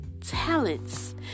talents